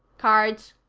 cards?